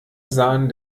sahen